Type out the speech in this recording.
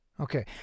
Okay